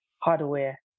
hardware